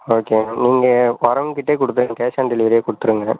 okay ma'am நீங்கள் வரவங்ககிட்டயே கொடுத்துருங்க கேஷ் ஆன் டெலிவரியே கொடுத்துருங்க